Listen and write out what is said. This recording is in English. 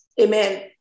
Amen